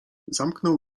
zamknął